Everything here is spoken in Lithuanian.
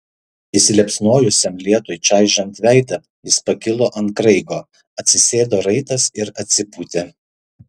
įsiliepsnojusiam lietui čaižant veidą jis pakilo ant kraigo atsisėdo raitas ir atsipūtė